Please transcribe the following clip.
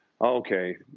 okay